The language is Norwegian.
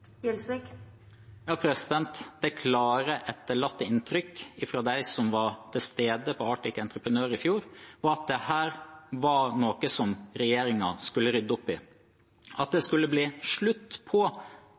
Det klare etterlatte inntrykk fra dem som var til stede på Arctic Entrepreneur i fjor, var at dette var noe som regjeringen skulle rydde opp i, at det skulle bli slutt på